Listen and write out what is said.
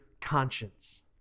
conscience